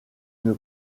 une